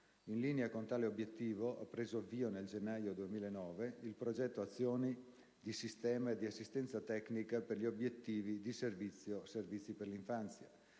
In linea con tale obiettivo, ha preso avvio nel gennaio 2009 il progetto Azioni di sistema e assistenza tecnica per gli obiettivi di servizio-Servizi per l'infanzia